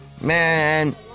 Man